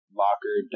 locker